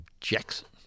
Jackson